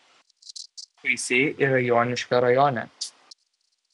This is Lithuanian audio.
kuisiai yra joniškio rajone